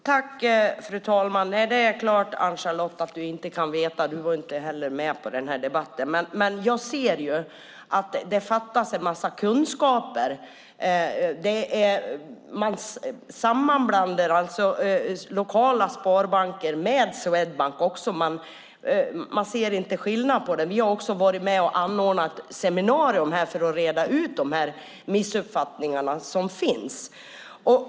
Fru talman! Det är klart, Ann-Charlotte, att du inte kan veta det. Du var inte heller med vid den här debatten. Men jag ser ju att det fattas en massa kunskap. Man blandar samman lokala sparbanker med Swedbank. Man ser inte skillnaden. Vi har också varit med och anordnat ett seminarium om detta för att reda ut de missuppfattningar som finns.